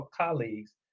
colleagues